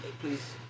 Please